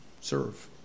serve